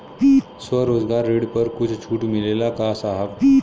स्वरोजगार ऋण पर कुछ छूट मिलेला का साहब?